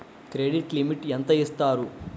Credit limit ఎంత ఇస్తారు?